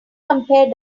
compare